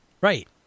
Right